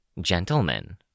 Gentlemen